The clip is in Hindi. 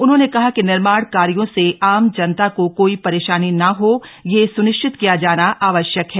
उन्होंने कहा कि निर्माण कार्यो से आम जनता को कोई परेशानी न हो यह स्निश्चित किया जाना आवश्यक है